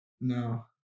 No